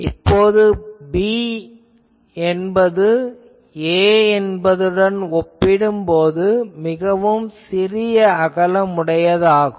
இப்போது b என்பது a என்பதுடன் ஒப்பிடும் போது மிகவும் சிறிய அகலமுடையதாகும்